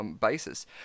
basis